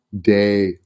day